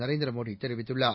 நரேந்திரமோடி தெரிவித்துள்ளார்